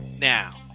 now